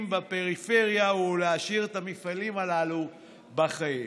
בפריפריה ולהשאיר את המפעלים הללו בחיים.